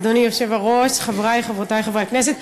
אדוני היושב-ראש, חברי, חברותי חברי הכנסת,